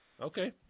Okay